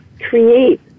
create